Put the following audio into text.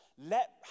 let